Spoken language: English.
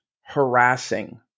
harassing